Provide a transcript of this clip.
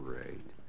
great